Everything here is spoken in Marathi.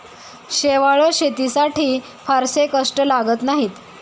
शेवाळं शेतीसाठी फारसे कष्ट लागत नाहीत